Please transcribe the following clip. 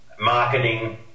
marketing